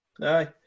Aye